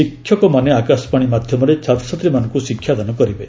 ଶିକ୍ଷକମାନେ ଆକାଶବାଣୀ ମାଧ୍ୟମରେ ଛାତ୍ରଛାତ୍ରୀମାନଙ୍କୁ ଶିକ୍ଷାଦାନ କରିବେ